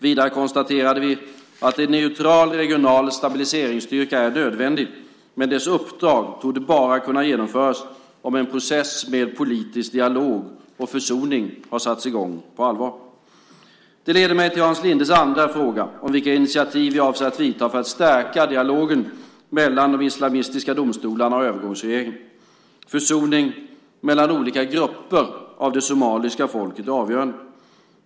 Vidare konstaterade vi att en neutral regional stabiliseringsstyrka är nödvändig, men dess uppdrag torde bara kunna genomföras om en process med politisk dialog och försoning har satts i gång på allvar. Det leder mig till Hans Lindes andra fråga, vilka initiativ jag avser att vidta för att stärka dialogen mellan de islamistiska domstolarna och övergångsregeringen. Försoning mellan olika grupper av det somaliska folket är avgörande.